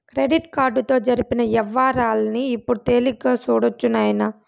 credit కార్డుతో జరిపిన యవ్వారాల్ని ఇప్పుడు తేలిగ్గా సూడొచ్చు నాయనా